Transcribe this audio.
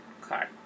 card